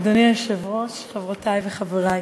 אדוני היושב-ראש, חברותי וחברי,